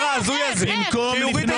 במקום,